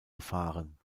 erfahren